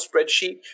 spreadsheet